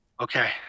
okay